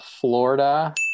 Florida